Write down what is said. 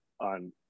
on